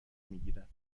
میگیرد